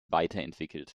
weiterentwickelt